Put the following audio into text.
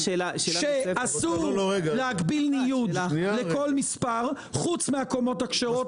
שאסור להגביל ניוד לכל מספר חוץ מהקומות הכשרות,